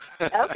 Okay